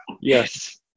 Yes